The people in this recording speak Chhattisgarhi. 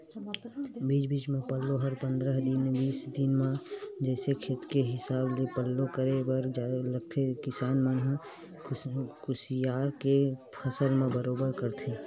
बीच बीच म पल्लो हर पंद्रह दिन बीस दिन म जइसे खेत के हिसाब ले पल्लो करे बर लगथे किसान मन ह कुसियार के फसल म बरोबर करथे